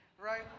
Right